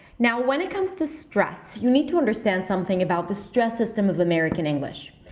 now when it comes to stress, you need to understand something about the stress system of american english.